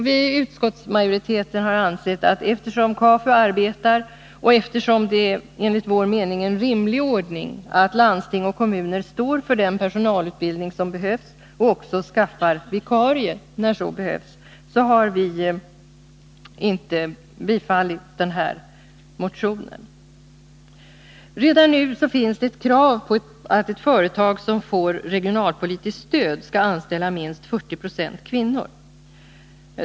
Vi i utskottsmajoriteten har ansett att eftersom KAFU arbetar och eftersom det enligt vår mening är en rimlig ordning att landsting och kommuner står för den personalutbildning som behövs och skaffar vikarier när det behövs, så vill vi inte bifalla motionen i denna fråga. Redan nu finns det ett krav på att ett företag som får regionalpolitiskt stöd skall anställa minst 40 26 kvinnor.